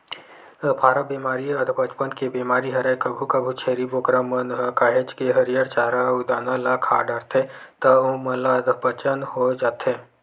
अफारा बेमारी अधपचन के बेमारी हरय कभू कभू छेरी बोकरा मन ह काहेच के हरियर चारा अउ दाना ल खा डरथे त ओमन ल अधपचन हो जाथे